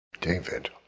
David